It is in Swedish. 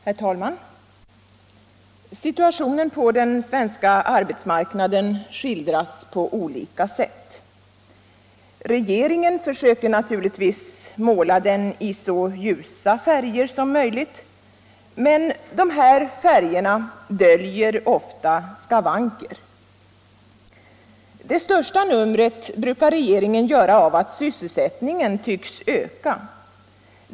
Herr talman! Situationen på den svenska arbetsmarknaden skildras på olika sätt. Regeringen försöker naturligtvis måla den i så ljusa färger som möjligt. Men dessa färger döljer oftast skavanker. Det största numret brukar regeringen göra av att sysselsättningen tycks öka.